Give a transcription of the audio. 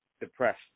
depressed